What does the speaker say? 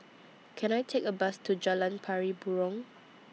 Can I Take A Bus to Jalan Pari Burong